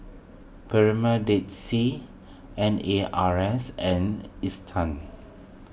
Premier Dead Sea N A R S and Isetan